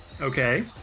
Okay